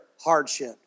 hardship